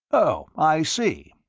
oh, i see.